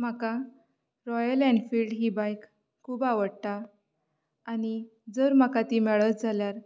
म्हाका royal Enfield ही bike खूब आवडटा आनी जर म्हाका ती मेळत जाल्यार